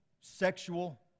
sexual